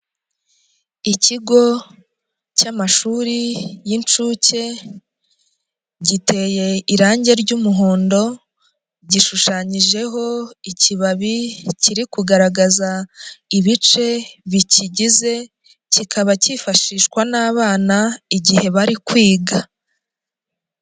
Ikigo cy'amashuri y'incuke, giteye irangi ry'umuhondo, gishushanyijeho ikibabi kiri kugaragaza ibice bikigize, kikaba cyifashishwa n'abana igihe bari kwiga.